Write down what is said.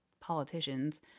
politicians